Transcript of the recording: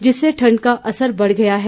जिससे ठंड का असर बढ़ गया है